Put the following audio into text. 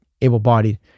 able-bodied